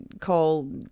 call